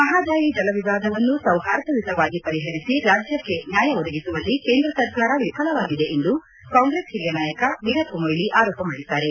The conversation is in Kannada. ಮಹಾದಾಯಿ ಜಲವಿವಾದವನ್ನು ಸೌಹಾರ್ದಯುತವಾಗಿ ಪರಿಹರಿಸಿ ರಾಜ್ಯಕ್ಕೆ ನ್ಯಾಯ ಒದಗಿಸುವಲ್ಲಿ ಕೇಂದ್ರ ಸರ್ಕಾರ ವಿಫಲವಾಗಿದೆ ಎಂದು ಕಾಂಗ್ರೆಸ್ ಹಿರಿಯ ನಾಯಕ ವೀರಪ್ಪಮೋಯ್ಲಿ ಆರೋಪ ಮಾಡಿದ್ದಾರೆ